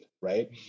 right